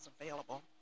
available